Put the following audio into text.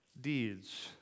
deeds